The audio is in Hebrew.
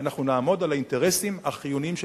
ואנחנו נעמוד על האינטרסים החיוניים של